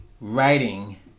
writing